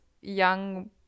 young